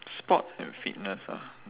sport and fitness ah